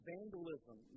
Vandalism